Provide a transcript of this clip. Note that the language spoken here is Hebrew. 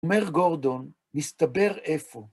‫ומר גורדון, מסתבר איפה?